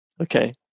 Okay